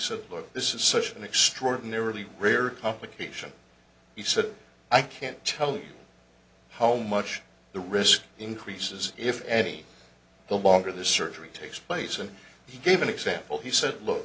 said look this is such an extraordinarily rare complication he said i can't tell you how much the risk increases if any the longer this surgery takes place and he gave an example he